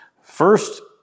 First